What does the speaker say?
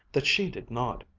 that she did not.